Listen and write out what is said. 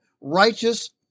righteous